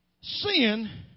Sin